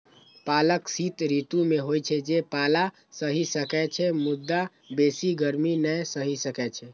पालक शीत ऋतु मे होइ छै, जे पाला सहि सकै छै, मुदा बेसी गर्मी नै सहि सकै छै